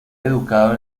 educado